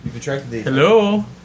Hello